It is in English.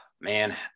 Man